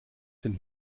den